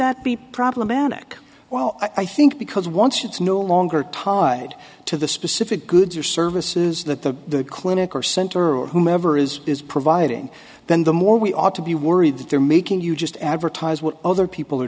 that be problematic well i think because once it's no longer tied to the specific goods or services that the clinic or center or whomever is is providing then the more we ought to be worried that they're making you just advertise what other people are